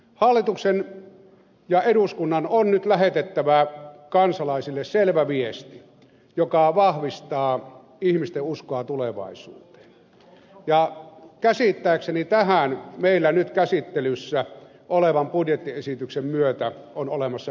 hallituksen ja eduskunnan on nyt lähetettävä kansalaisille selvä viesti joka vahvistaa ihmisten uskoa tulevaisuuteen ja käsittääkseni tähän meillä nyt käsittelyssä olevan budjettiesityksen myötä on olemassa hyvät mahdollisuudet